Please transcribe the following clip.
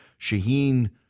Shaheen